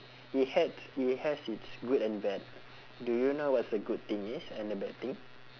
it had it has it's good and bad do you know what's the good thing is and the bad thing